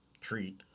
treat